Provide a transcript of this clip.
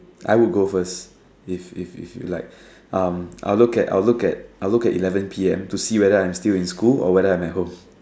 I would go first if if if you like um I'll look at I'll look at I'll look at eleven P_M to see whether I'm still in school or whether I'm at home